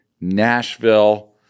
Nashville